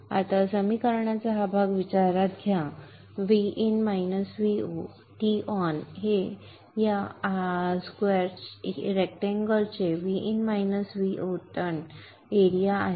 आता समीकरणाचा हा भाग विचारात घ्या Ton हे मुळात या आयताचे Ton क्षेत्रफळ आहे